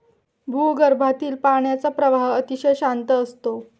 भूगर्भातील पाण्याचा प्रवाह अतिशय शांत असतो